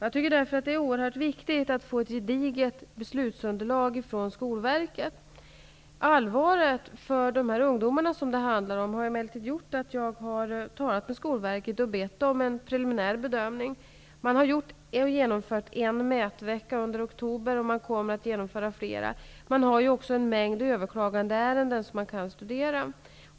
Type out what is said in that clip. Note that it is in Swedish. Jag tycker därför att det är oerhört viktigt att få ett gediget beslutsunderlag från Den allvarliga situationen för de ungdomar som det här handlar har emellertid gjort att jag från Skolverket har bett att få en preliminär bedömning. Man har genomfört en mätvecka under oktober, och man kommer att genomföra flera. Det finns också en mängd överklagandeärenden som man kan studera.